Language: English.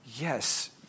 Yes